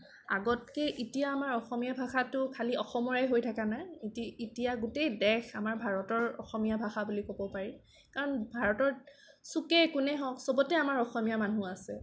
আগতকে এতিয়া আমাৰ অসমীয়া ভাষাটো খালী অসমৰে হৈ থকা নাই এতিয়া গোটেই দেশ আমাৰ ভাৰতৰ অসমীয়া ভাষা বুলি ক'ব পাৰি কাৰণ ভাৰতৰ চুকে কোণে হওক চবতে আমাৰ অসমীয়া মানুহ আছে